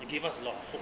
it gave us a lot of hope